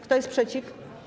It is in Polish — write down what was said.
Kto jest przeciw?